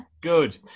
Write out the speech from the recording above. good